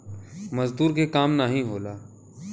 मजदूर के काम नाही होला